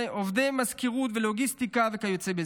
עובדי מזכירות ולוגיסטיקה וכיוצא בזה.